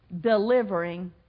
delivering